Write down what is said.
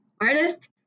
Artist